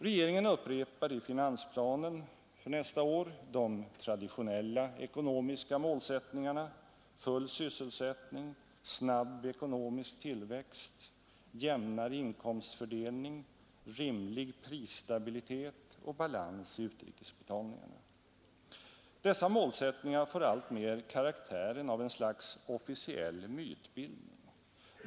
Regeringen upprepar i finansplanen för nästa budgetår de traditionella ekonomiska målsättningarna: ”full sysselsättning, snabb ekonomisk tillväxt, jämnare inkomstfördelning, rimlig prisstabilitet och balans i utrikesbetalningarna”. Dessa målsättningar får alltmer karaktären av ett slags officiell mytbildning.